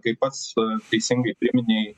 kai pats teisingai priminei